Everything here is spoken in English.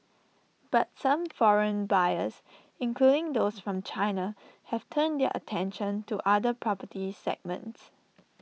but some foreign buyers including those from China have turned their attention to other property segments